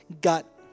gut